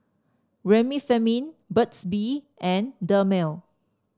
Remifemin Burt's Bee and Dermale